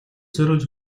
зориулж